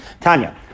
Tanya